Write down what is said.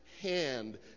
hand